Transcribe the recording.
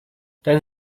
ten